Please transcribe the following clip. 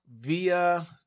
via